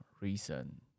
reason